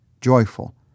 joyful